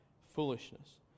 foolishness